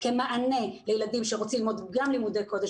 כמענה לילדים שרוצים ללמוד גם לימודי קודש